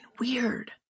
weird